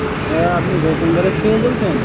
হ্যাঁ আপনি গৌতম গ্যারেজ থেকে বলছেন